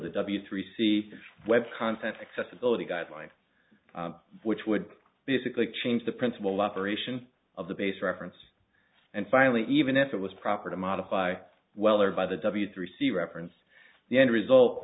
the w three c web content accessibility guidelines which would basically change the principal operation of the base reference and finally even if it was proper to modify whether by the w three c reference the end result